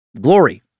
Glory